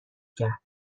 کرد